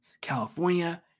California